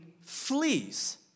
flees